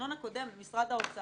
במנגנון הקודם של משרד האוצר.